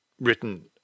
written